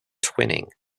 twinning